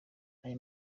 aya